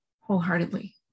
wholeheartedly